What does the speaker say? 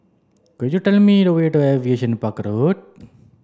could you tell me the way to Aviation Park Road